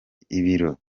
ibiro